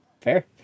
Fair